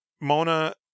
Mona